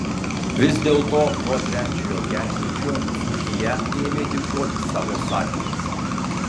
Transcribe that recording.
vis dėlto nuo trečiojo ketvirčio dzūkija ėmė diktuoti savo sąlygas